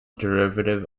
derivative